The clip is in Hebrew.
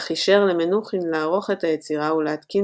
אך אישר למנוחין לערוך את היצירה ולהתקין